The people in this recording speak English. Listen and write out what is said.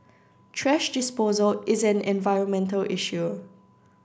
thrash disposal is an environmental issue